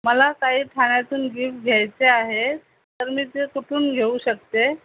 मला काही ठाण्यातून गिफ्ट घ्यायचे आहे तर मी ते कुठून घेऊ शकते